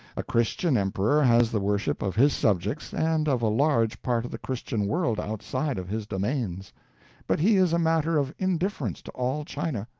a christian emperor has the worship of his subjects and of a large part of the christian world outside of his domains but he is a matter of indifference to all china.